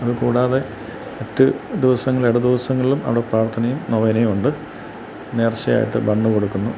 അതു കൂടാതെ പത്തു ദിവസങ്ങൾ ഇട ദിവസങ്ങളിലും അവിടെ പ്രാർത്ഥനയും നോവേനെയും ഉണ്ട് നേർച്ചയായിട്ട് ബൺ കൊടുക്കുന്നു